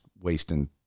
wasting